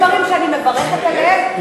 שיש דברים שאני מברכת עליהם,